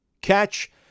catch